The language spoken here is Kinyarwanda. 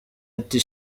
ati